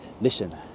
Listen